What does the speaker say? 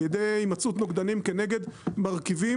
על ידי הימצאות נוגדנים כנגד מרכיבים